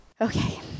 Okay